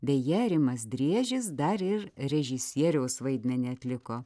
beje rimas driežis dar ir režisieriaus vaidmenį atliko